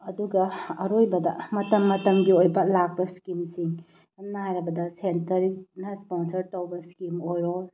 ꯑꯗꯨꯒ ꯑꯔꯣꯏꯕꯗ ꯃꯇꯝ ꯃꯇꯝꯒꯤ ꯑꯣꯏꯕ ꯂꯥꯛꯄ ꯏꯁꯀꯤꯝꯁꯤꯡ ꯁꯝꯅ ꯍꯥꯏꯔꯕꯗ ꯁꯦꯟꯇꯔꯅ ꯏꯁꯄꯣꯟꯁꯔꯠ ꯇꯧꯕ ꯏꯁꯀꯤꯝ ꯑꯣꯏꯔꯣ